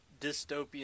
dystopian